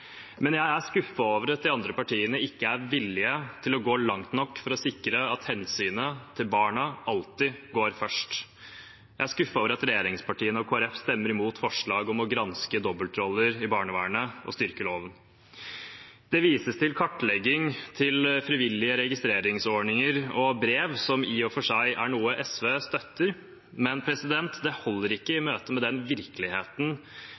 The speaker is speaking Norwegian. Men jeg er skuffet over at de andre partiene ikke er villige til å gå langt nok for å sikre at hensynet til barna alltid går først. Jeg er skuffet over at regjeringspartiene og Kristelig Folkeparti stemmer imot forslag om å granske dobbeltroller i barnevernet og styrke loven. Det vises til kartlegging, til frivillige registeringsordninger og brev, som i og for seg er noe SV støtter, men det holder ikke i møte med virkeligheten